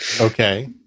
okay